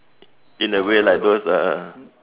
in a way like those uh